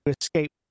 escape